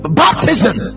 baptism